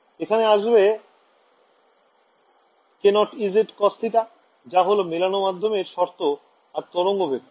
এখানে আসবে k0ez cos θ যা হল মেলানো মাধ্যমের শর্ত আর তরঙ্গ ভেক্টর